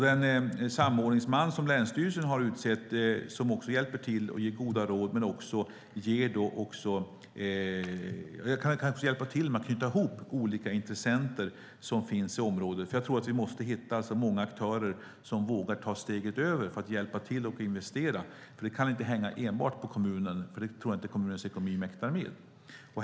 Den samordningsman som länsstyrelsen har utsett hjälper också till med goda råd och kan hjälpa till med att knyta ihop olika intressenter i området. Jag tror att vi måste hitta många aktörer som vågar ta steget för att hjälpa till och investera. Det kan inte hänga enbart på kommunen. Det tror jag inte att kommunens ekonomi mäktar med.